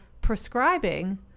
prescribing